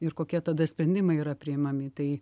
ir kokie tada sprendimai yra priimami tai